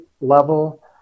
level